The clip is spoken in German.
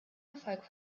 erfolg